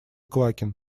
квакин